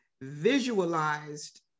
visualized